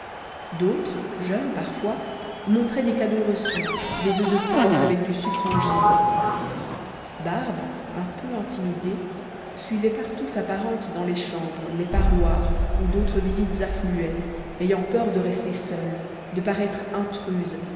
d'autres jeunes parfois montraient des cadeaux reçus des oeufs de pâques avec du sucre en givre barbe un peu intimidée suivait partout sa parente dans les chambres les parloirs où d'autres visites affluaient ayant peur de rester seule de paraître intruse